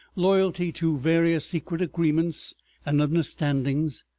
loyalty to various secret agreements and understandings,